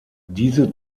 diese